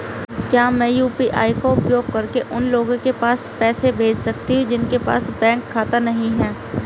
क्या मैं यू.पी.आई का उपयोग करके उन लोगों के पास पैसे भेज सकती हूँ जिनके पास बैंक खाता नहीं है?